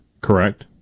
Correct